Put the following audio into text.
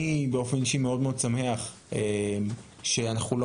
אני באופן אישי מאוד-מאוד שמח שאנחנו לא